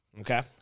okay